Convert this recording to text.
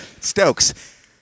Stokes